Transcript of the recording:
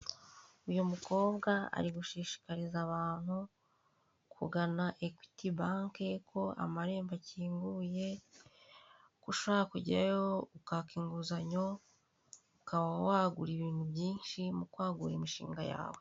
Uyu mukobwa ari gushishikariza abantu kugana ekwiti banke ko amarembo akinguye, ushaka kujyayo ukaka inguzanyo ukaba wagura ibintu byinshi mukwagura imishinga yawe.